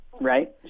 Right